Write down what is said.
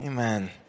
Amen